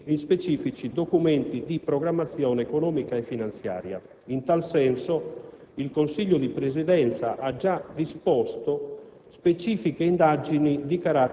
trovare riscontro in specifici documenti di programmazione economica e finanziaria. In tal senso, il Consiglio di Presidenza ha già disposto